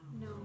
No